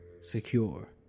secure